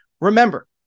Remember